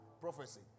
prophecy